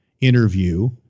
interview